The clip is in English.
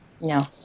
No